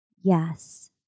Yes